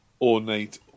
ornate